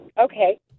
okay